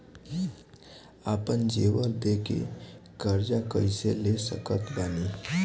आपन जेवर दे के कर्जा कइसे ले सकत बानी?